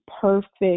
perfect